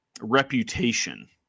reputation